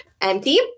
empty